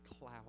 cloud